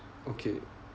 okay